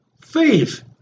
faith